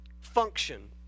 function